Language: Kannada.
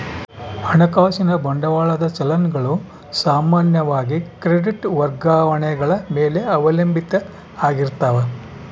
ಹಣಕಾಸಿನ ಬಂಡವಾಳದ ಚಲನ್ ಗಳು ಸಾಮಾನ್ಯವಾಗಿ ಕ್ರೆಡಿಟ್ ವರ್ಗಾವಣೆಗಳ ಮೇಲೆ ಅವಲಂಬಿತ ಆಗಿರ್ತಾವ